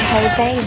Jose